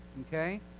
okay